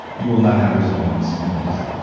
you will not have resilience, and you'll die.